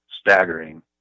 staggering